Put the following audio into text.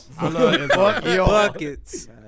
Buckets